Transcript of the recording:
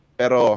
pero